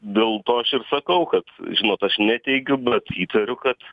dėl to aš ir sakau kad žinot aš neteigiu bet įtariu kad